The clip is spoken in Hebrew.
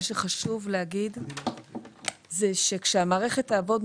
מה שחשוב להגיד זה שכאשר המערכת תעבוד,